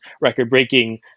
record-breaking